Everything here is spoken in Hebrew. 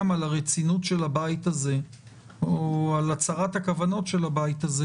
הרצינות של הבית הזה או על הצהרת הכוונות של הבית הזה